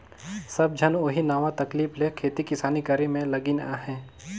सब झन ओही नावा तकनीक ले खेती किसानी करे में लगिन अहें